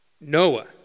Noah